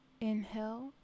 inhale